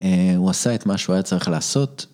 הוא עשה את מה שהוא היה צריך לעשות.